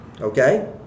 Okay